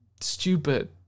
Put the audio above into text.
stupid